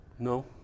No